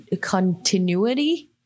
continuity